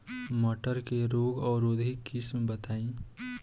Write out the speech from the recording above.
मटर के रोग अवरोधी किस्म बताई?